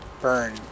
burn